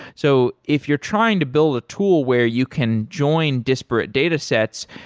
so if you're trying to build a tool where you can join disparate datasets,